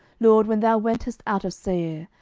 lord, when thou wentest out of seir,